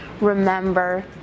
remember